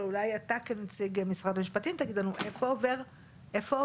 אבל אולי אתה כנציג משרד המשפטים תגיד לנו איפה עובר הגבול.